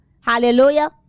hallelujah